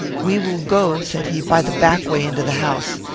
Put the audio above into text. we will go, said he, by the back way into the house.